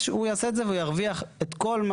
הוא יעשה את זה והוא ירוויח את כל,